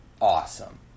awesome